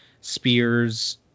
spears